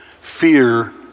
Fear